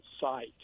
Site